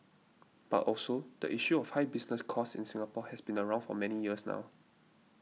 but also the issue of high business costs in Singapore has been around for many years now